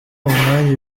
umwanya